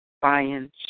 buying